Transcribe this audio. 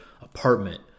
apartment